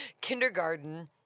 kindergarten